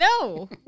No